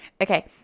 Okay